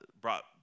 brought